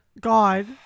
God